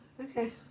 Okay